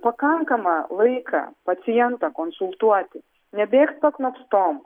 pakankamą laiką pacientą konsultuoti nebėgt paknopstom